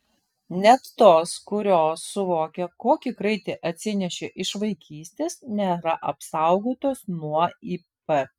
net tos kurios suvokia kokį kraitį atsinešė iš vaikystės nėra apsaugotos nuo ip